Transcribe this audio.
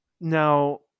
Now